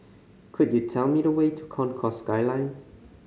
could you tell me the way to Concourse Skyline